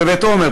בקריית-ארבע,